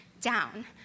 down